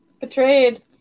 Betrayed